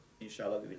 Inshallah